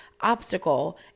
obstacle